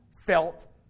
felt